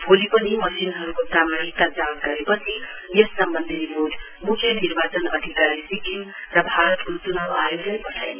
भोलिपनि मशिनहरूको प्रामाणिकता जाँच गरेपछि यस सम्बन्धी रिपोर्ट मुख्य निर्वाचन अधिकारी सिक्किम र भारतको च्नाउ आयोगलाई पठाइनेछ